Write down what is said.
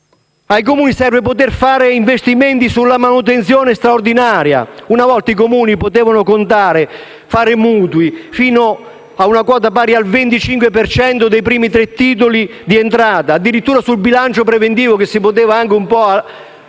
Ai Comuni serve poter fare investimenti anche sulla manutenzione straordinaria. Una volta i Comuni potevano fare mutui fino ad una quota pari al 25 per cento dei primi tre titoli di entrata addirittura del bilancio preventivo, che si poteva anche un po' forzare;